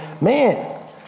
man